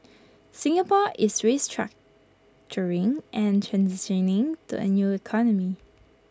Singapore is restructuring and transitioning to A new economy